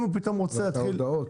אם הוא פתאום רוצה -- אבל את ההודעות.